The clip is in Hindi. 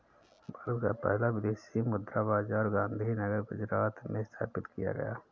भारत का पहला विदेशी मुद्रा बाजार गांधीनगर गुजरात में स्थापित किया गया है